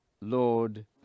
Lord